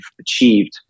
achieved